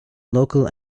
local